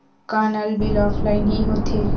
का नल bill offline हि होथे?